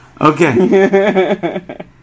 Okay